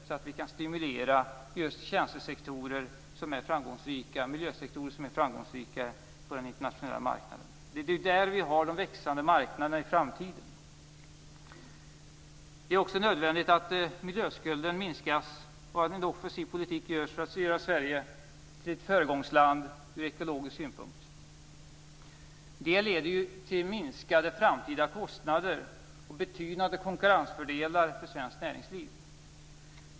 På det viset stimuleras tjänstesektorer och miljösektorer som är framgångsrika på den internationella marknaden. Det är där som vi har de växande marknaderna i framtiden. Det är också nödvändigt att miljöskulden minskas och att en offensiv politik förs för att göra Sverige till ett föregångsland från ekologisk synpunkt. Det leder till minskade framtida kostnader och betydande konkurrensfördelar för svenskt näringsliv.